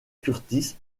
kurtis